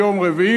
ידידי, מרגי,